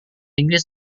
inggris